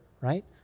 right